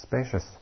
spacious